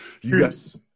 Yes